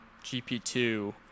GP2